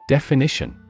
Definition